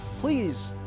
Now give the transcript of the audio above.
please